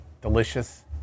delicious